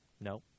No